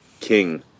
king